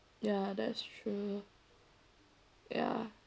ya that's true ya